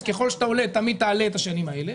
אז ככל שאתה עולה תמיד תעלה את השנים האלה,